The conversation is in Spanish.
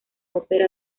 ópera